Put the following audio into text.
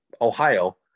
Ohio